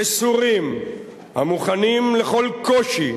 מסורים, המוכנים לכל קושי,